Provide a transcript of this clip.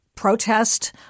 protest